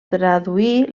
traduí